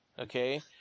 okay